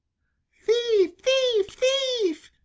thief, thief, thief!